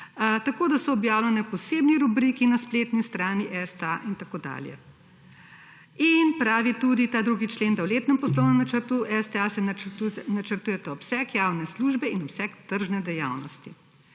tako da so objavljeni(?) v posebni rubriki na spletni strani STA in tako dalje. In pravi tudi, ta 2. člen, da v letnem poslovnem načrtu STA se načrtujeta obseg javne službe in obseg tržne dejavnosti.